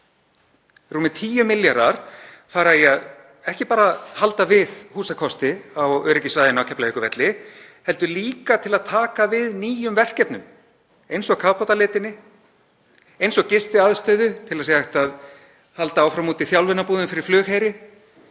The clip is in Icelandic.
Rúmir 10 milljarðar fara ekki bara í að halda við húsakosti á öryggissvæðinu á Keflavíkurflugvelli, heldur líka til að taka við nýjum verkefnum, eins og kafbátaleitinni, eins og gistiaðstöðu til að sé hægt að halda áfram úti þjálfunarbúðum fyrir flugheri,